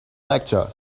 lecture